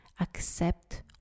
accept